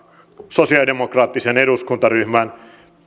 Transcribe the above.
sosiaalidemokraattisen eduskuntaryhmän